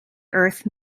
earth